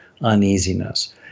uneasiness